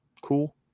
cool